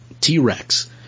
t-rex